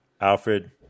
Alfred